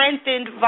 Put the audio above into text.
strengthened